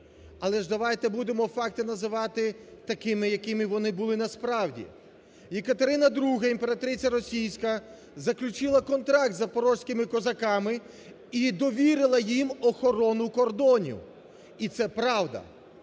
Але ж давайте будемо факти називати такими, якими вони були насправді. Катерина ІІ, імператриця російська, заключила контракт з запорізькими козаками і довірила їм охорону кордонів. І це правда.